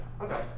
Okay